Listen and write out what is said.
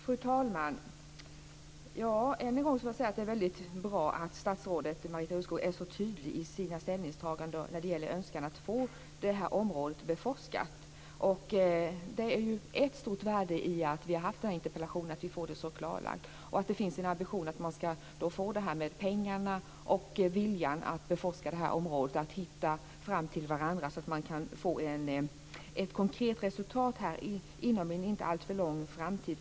Fru talman! Än en gång måste jag säga att det är väldigt bra att statsrådet Marita Ulvskog är så tydlig i sina ställningstaganden när det gäller önskan att få det här området beforskat. Det är ett stort värde i att vi har haft denna interpellationsdebatt att vi får detta så klarlagt och att det finns en ambition att man ska få pengarna och viljan att beforska detta område att hitta fram till varandra så att man kan få ett konkret resultat inom en inte alltför avlägsen framtid.